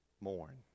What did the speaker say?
Mourn